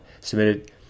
submitted